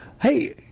Hey